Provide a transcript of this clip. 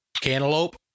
cantaloupe